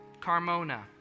Carmona